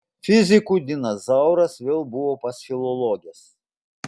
fizikų dinas zauras vėl buvo pas filologes